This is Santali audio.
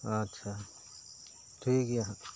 ᱟᱪᱪᱷᱟ ᱴᱷᱤᱠ ᱜᱮᱭᱟ